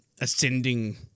ascending